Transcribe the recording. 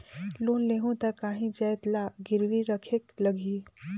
Loan लेहूं ता काहीं जाएत ला गिरवी रखेक लगही?